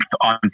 on